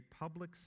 public